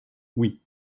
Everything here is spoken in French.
oui